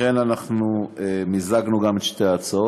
לכן אנחנו מיזגנו גם את שתי ההצעות.